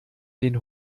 den